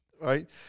right